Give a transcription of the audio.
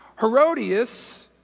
Herodias